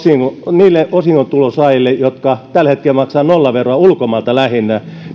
niille osinkotulon saajille jotka tällä hetkellä maksavat nollaveroa lähinnä